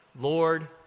Lord